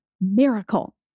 miracle